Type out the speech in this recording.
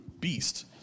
beast